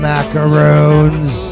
Macaroons